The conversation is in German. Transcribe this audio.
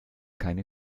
keine